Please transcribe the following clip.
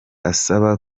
asaba